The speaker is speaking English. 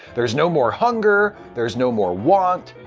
there's no more hunger, there's no more want,